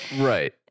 Right